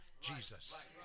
Jesus